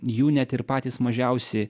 jų net ir patys mažiausi